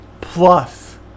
plus